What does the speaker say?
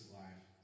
life